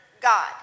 God